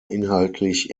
inhaltlich